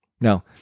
Now